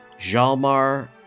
Jalmar